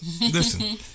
Listen